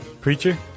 Preacher